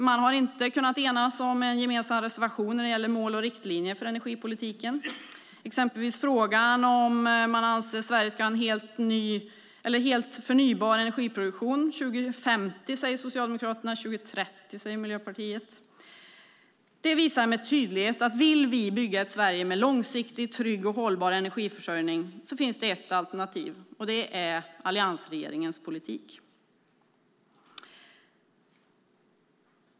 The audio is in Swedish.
Man har inte kunnat enas om en gemensam reservation när det gäller mål och riktlinjer för energipolitiken, exempelvis frågan om när man anser att Sverige ska ha en helt förnybar energiproduktion. Socialdemokraterna säger 2050. Miljöpartiet säger 2030. Detta visar med tydlighet att om vi vill bygga ett Sverige med en långsiktig, trygg och hållbar energiförsörjning så finns det ett alternativ, och det är alliansregeringens politik.